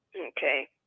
Okay